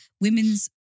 Women's